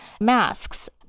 masks